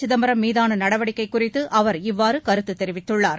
சிதம்பரம் மீதான நடவடிக்கை குறித்து அவர் இவ்வாறு கருத்து தெரிவித்துள்ளார்